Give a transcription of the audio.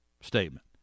statement